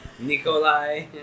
Nikolai